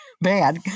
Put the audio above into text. bad